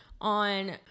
on